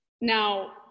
Now